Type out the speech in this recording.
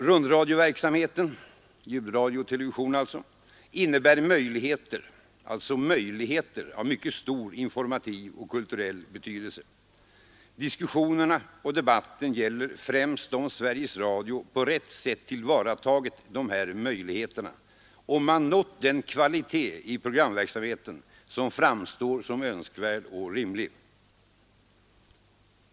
Rundradioverksamheten innebär möjligheter av mycket stor informativ och kulturell betydelse. Diskussionerna och debatten gäller främst om Sveriges Radio på rätt sätt tillvaratagit dessa möjligheter, om man nått den kvalitet i programverksamheten som framstår som önskvärd och rimlig.